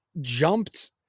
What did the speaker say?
jumped